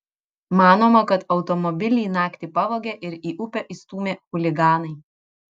manoma kad automobilį naktį pavogė ir į upę įstūmė chuliganai